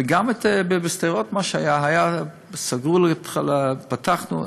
וגם בשדרות מה שהיה, היה סגור בהתחלה, פתחנו.